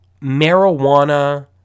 marijuana